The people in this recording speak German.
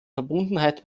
verbundenheit